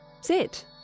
Sit